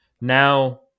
Now